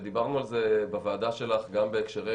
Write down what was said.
ודיברנו על זה בוועדה שלך גם בהקשרי